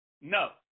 No